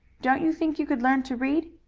don't you think you could learn to read?